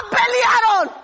pelearon